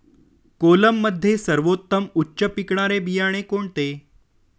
कोलममध्ये सर्वोत्तम उच्च पिकणारे बियाणे कोणते?